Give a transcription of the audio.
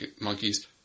monkeys